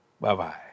Bye-bye